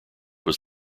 was